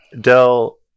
dell